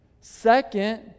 second